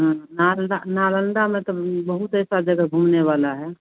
हाँ नालंदा नालंदा में तो बहुत ऐसा जगह घूमने वाला है